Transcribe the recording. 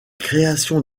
créations